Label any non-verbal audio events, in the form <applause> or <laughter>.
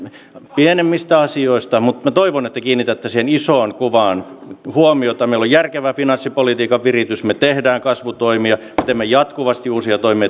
pienemmistä asioista mutta minä toivon että te kiinnitätte siihen isoon kuvaan huomiota meillä on järkevä finanssipolitiikan viritys me teemme kasvutoimia me teemme jatkuvasti uusia toimia <unintelligible>